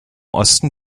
osten